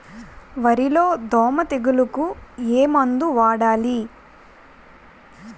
వరిలో దోమ తెగులుకు ఏమందు వాడాలి?